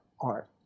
art